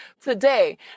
Today